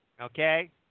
Okay